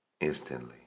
instantly